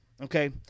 okay